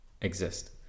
exist